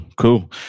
Cool